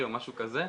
או משהו כזה,